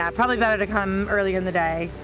ah probably better to come early in the day.